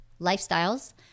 Lifestyles